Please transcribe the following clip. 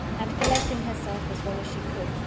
and collecting herself as well as she could,